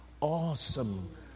awesome